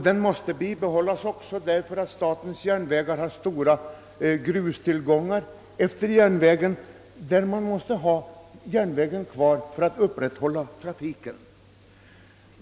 Den måste bibehållas också därför att statens järnvägar har stora grustillgångar efter järnvägen.